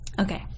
Okay